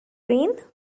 rain